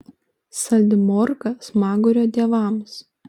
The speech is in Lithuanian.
saldi morka smagurio dievams